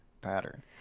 pattern